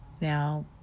Now